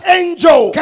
angel